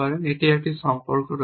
এটির একটি সম্পর্ক রয়েছে